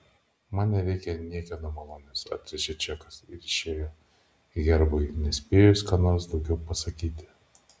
man nereikia niekieno malonės atrėžė džekas ir išėjo herbui nespėjus ką nors daugiau pasakyti